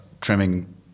trimming